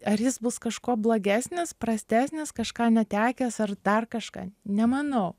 ar jis bus kažkuo blogesnis prastesnis kažką netekęs ar dar kažką nemanau